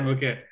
Okay